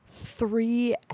three